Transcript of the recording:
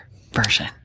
version